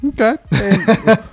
Okay